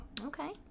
Okay